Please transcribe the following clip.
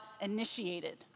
initiated